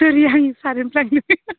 सरि आं सार होनफ्लांदों